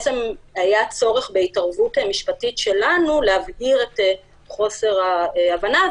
היה צורך בהתערבות משפטית שלנו להבהיר את חוסר ההבנה,